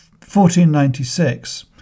1496